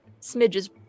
Smidge's